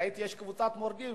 ראיתי שיש קבוצת מורדים.